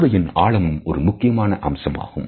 பார்வையின் ஆழமும் ஒரு முக்கியமான அம்சமாகும்